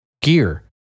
gear